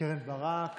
קרן ברק